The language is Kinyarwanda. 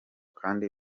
kandi